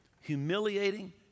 humiliating